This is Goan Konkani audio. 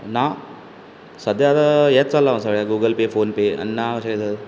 ना सद्द्या आतां हेत चाल्ला मरे सगळें पे फोन पे आनी ना कशें तर